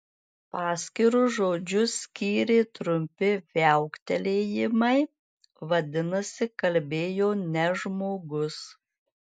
paskirus žodžius skyrė trumpi viauktelėjimai vadinasi kalbėjo ne žmogus